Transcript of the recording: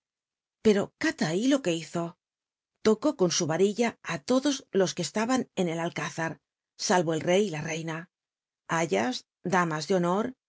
pero cala ahí lo e ue hizo tocó con su varilla á todos los que estaban pn el alcúzar ah o el rey y la reina aras damas de honor